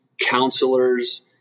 counselors